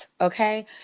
okay